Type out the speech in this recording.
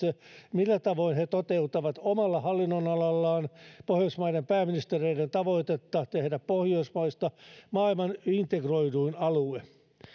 millä tavoin he toteuttavat omalla hallinnonalallaan pohjoismaiden pääministereiden tavoitetta tehdä pohjoismaista maailman integroiduin alue